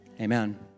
amen